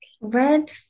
Red